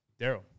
Daryl